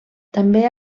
també